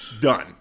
Done